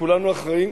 וכולנו אחראים.